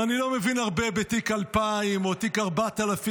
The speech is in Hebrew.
אני לא מבין הרבה בתיק 2000 או תיק 4000,